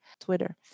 Twitter